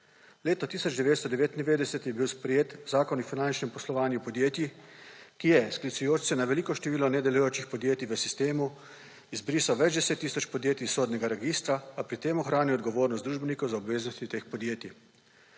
Leta 1999 je bil sprejet Zakon o finančnem poslovanju podjetij, ki je, sklicujoč se na veliko število nedelujočih podjetij v sistemu, izbrisal več 10 tisoč podjetij iz sodnega registra, a pri tem ohranil odgovornost družbenikov za obveznosti teh podjetij.